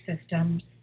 systems